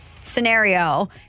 scenario